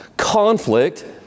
conflict